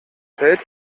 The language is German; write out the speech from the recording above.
fällt